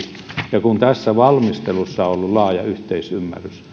ja kun tässä valmistelussa on ollut laaja yhteisymmärrys